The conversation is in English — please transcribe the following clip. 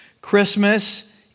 Christmas